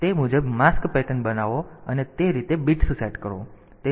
તેથી તે મુજબ માસ્ક પેટર્ન બનાવો અને તે રીતે બિટ્સ સેટ કરો